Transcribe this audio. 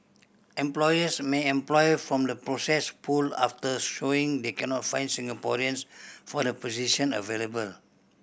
employers may employ from the processed pool after showing they cannot find Singaporeans for the position available